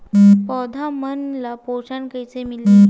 पौधा मन ला पोषण कइसे मिलथे?